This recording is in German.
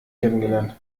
kennengelernt